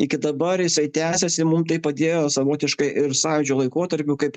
iki dabar jisai tęsiasi mum tai padėjo savotiškai ir sąjūdžio laikotarpiu kaip